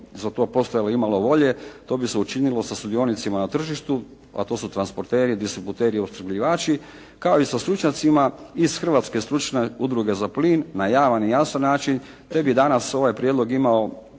za to postojalo i imalo volje to bi se učinilo sa sudionicima na tržištu, a to su transporteri, distributeri, opskrbljivači kao i sa stručnjacima iz hrvatske stručne udruge za plin na javan i jasan način te bi danas ovaj prijedlog imao